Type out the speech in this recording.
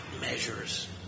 measures